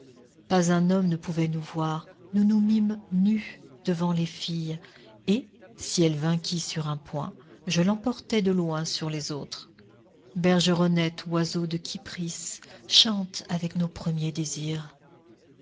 pas un homme ne pouvait nous voir nous nous mîmes nues devant les filles et si elle vainquit sur un point je l'emportait de loin sur les autres bergeronnette oiseau de kypris chante avec nos premiers désirs